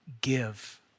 give